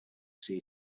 see